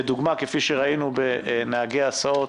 בדוגמה כפי שראינו בקרב נהגי ההסעות,